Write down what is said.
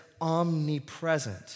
omnipresent